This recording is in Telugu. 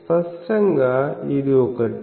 స్పష్టంగా ఇది ఒకటి